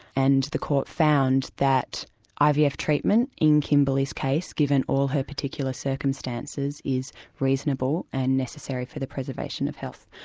and the court found that ivf treatment in kimberley's case, given all her particular circumstances, is reasonable and necessary for the preservation of health.